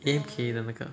A_M_K 的那个